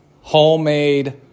homemade